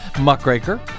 muckraker